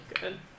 Good